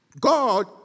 God